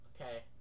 okay